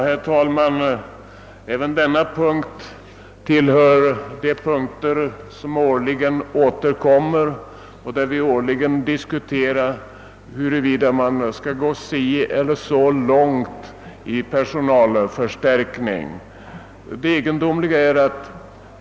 Herr talman! Även denna punkt tillhör de årligen återkommande. Vi diskuterar varje år hur långt vi skall gå i fråga om personalförstärkningar vid patentverket.